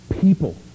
people